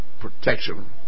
protection